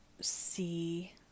see